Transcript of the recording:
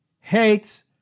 hates